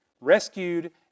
rescued